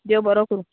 देव बरो करूं